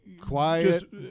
quiet